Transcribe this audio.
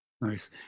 Nice